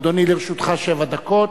אדוני, לרשותך שבע דקות,